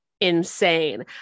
insane